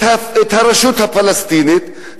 הרשות הפלסטינית,